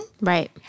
Right